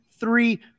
Three